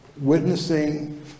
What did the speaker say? witnessing